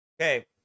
Okay